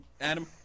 Adam